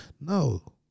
no